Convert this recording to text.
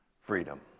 freedom